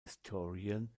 historian